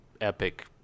epic